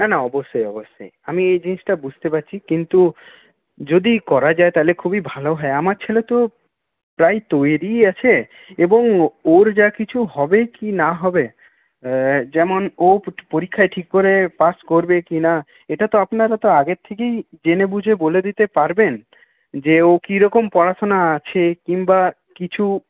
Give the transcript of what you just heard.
না না অবশ্যই অবশ্যই আমি এই জিনিসটা বুঝতে পারছি কিন্তু যদি করা যায় তাহলে খুবই ভালো হয় আমার ছেলে তো প্রায় তৈরিই আছে এবং ওর যা কিছু হবে কী না হবে যেমন ও পরীক্ষায় ঠিক করে পাস করবে কি না এটা তো আপনারা তো আগের থেকেই জেনে বুঝে বলে দিতে পারবেন যে ও কীরকম পড়াশোনা আছে কিংবা কিছু